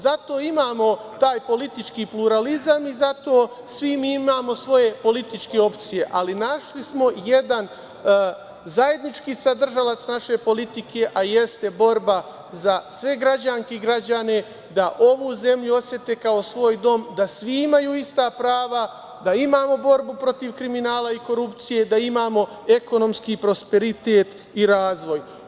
Zato imamo taj politički pluralizam i zato svi mi imamo svoje političke opcije, ali našli smo jedan zajednički sadržalac naše politike, a jeste borba za sve građanke i građane da ovu zemlju osete kao svoj dom, da svi imaju ista prava, da imamo borbu protiv kriminala i korupcije, da imamo ekonomski prosperitet i razvoj.